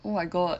oh my god